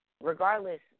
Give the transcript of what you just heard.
regardless